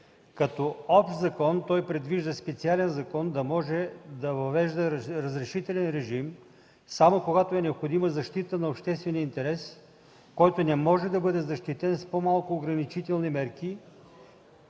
Като общ закон той предвижда специален закон да може да въвежда разрешителен режим само когато е необходима защита на обществения интерес, който не може да бъде защитен с по-малко ограничителни мерки